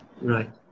Right